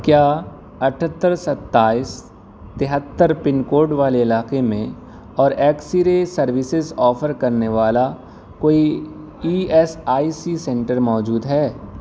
کیا اٹھہتر ستائیس تہتر پن کوڈ والے علاقے میں اور ایکس رے سروسیز آفر کرنے والا کوئی E S I C centre موجود ہے